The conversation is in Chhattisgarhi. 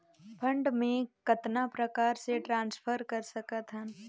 फंड मे कतना प्रकार से ट्रांसफर कर सकत हन?